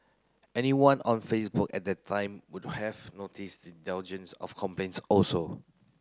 anyone on Facebook at that time would have noticed the of complaints also